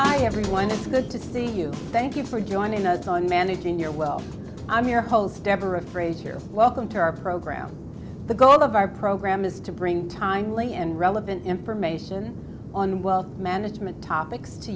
good to see you thank you for joining us on managing your well i'm your holes deborah phrase you're welcome to our program the goal of our program is to bring timely and relevant information on well management topics to